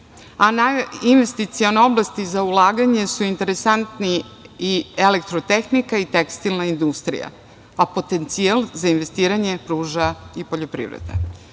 investicione oblasti za ulaganje su interesantne elektro-tehnika i tekstilna industrija. Potencijal za investiranje pruža i poljoprivreda. Još